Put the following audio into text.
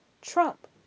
Trump